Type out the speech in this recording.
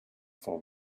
for